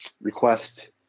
request